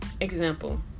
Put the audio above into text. example